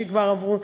שכבר עברו,